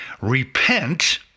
repent